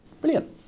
Brilliant